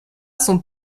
son